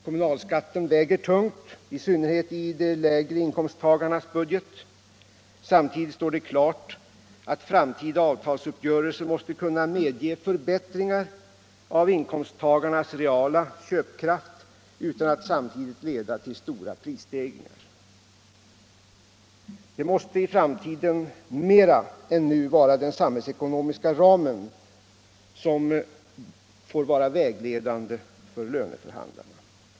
Kommunalskatten väger tungt, i synnerhet i de lägre inkomsttagarnas budget. Samtidigt står det klart att framtida avtalsuppgörelser måste kunna medge förbättringar av inkomsttagarnas reala köpkraft utan att samtidigt leda till stora prisstegringar. Det måste i framtiden mera än nu vara den samhällsekonomiska ramen som får bli vägledande för löneförhandlarna.